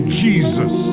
jesus